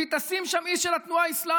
והיא תשים שם איש של התנועה האסלאמית,